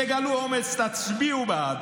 תגלו אומץ, תצביעו בעד.